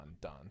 done